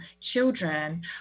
children